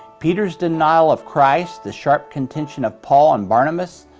peter's denial of christ, the sharp contention of paul and barnabas,